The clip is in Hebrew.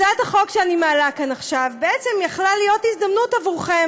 הצעת החוק שאני מעלה כאן עכשיו יכלה להיות הזדמנות עבורכם,